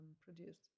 produced